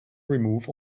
remove